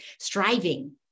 striving